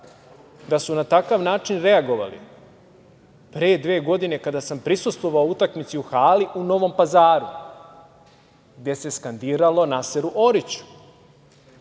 da su na takav način reagovali pre dve godine kada sam prisustvovao utakmici u hali u Novom Pazaru gde se skandiralo Naseru Oriću.